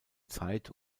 zeit